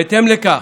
בהתאם לכך,